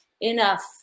enough